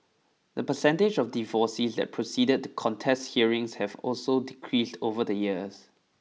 the percentage of divorcees that proceed to contest hearings have also decreased over the years